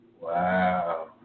Wow